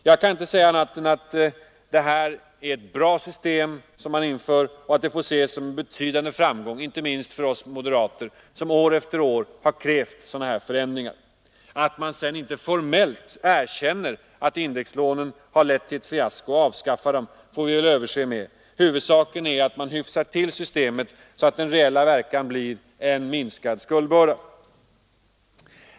Jag kan inte säga annat än att det är ett bra system som man inför, och det får ses som en betydande framgång inte minst för oss moderater, som år efter år har krävt sådana förändringar. Att man sedan inte formellt erkänner att indexlånen har lett till ett fiasko och avskaffar dem får vi väl överse med. Huvudsaken är att man hyfsar till systemet så att den reella verkan blir en minskad skuldbörda.